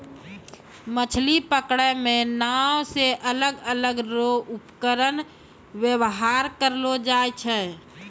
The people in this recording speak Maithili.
मछली पकड़ै मे नांव से अलग अलग रो उपकरण वेवहार करलो जाय छै